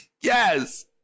yes